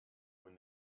when